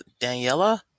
Daniela